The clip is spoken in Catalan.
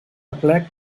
aplec